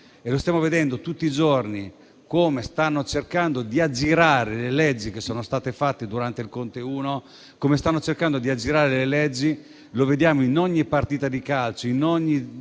Lo stiamo vedendo tutti i giorni come stanno cercando di aggirare le leggi che sono state fatte durante il Conte I. Come stanno cercando di aggirare le leggi lo vediamo in ogni partita di calcio, in ogni